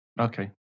Okay